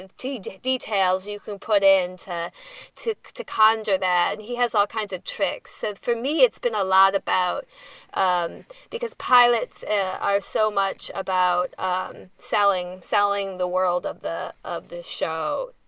and t details you can put into two to conjure that he has all kinds of tricks. so for me, it's been a lot about um because pilots are so much about um selling selling the world of the of the show.